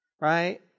right